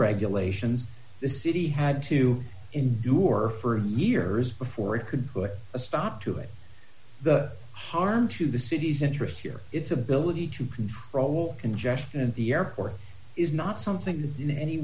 regulations the city had to endure for years before it could put a stop to it the harm to the cities interests here its ability to roll congestion and the airport is not something that in any